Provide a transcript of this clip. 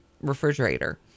refrigerator